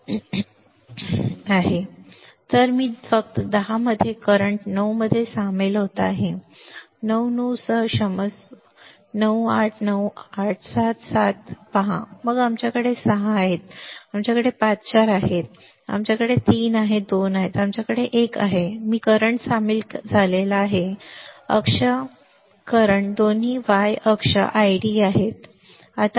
तर मी फक्त 10 मध्ये करंट 9 मध्ये सामील होत आहे 9 9 सह 9 क्षमस्व 9 सह 9 8 सह 8 7 आणि 7 पहा मग आमच्याकडे 6 आहेत आमच्याकडे 5 4 हक्क आहेत आमच्याकडे 3 आहेत 2 आणि आमच्याकडे एक अधिकार आहे मी करंट सामील झालो आहे अक्ष कारण दोन्ही y अक्ष ID आहेत हे सोपे आहे